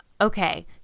okay